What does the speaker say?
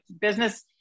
business